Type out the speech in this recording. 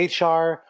HR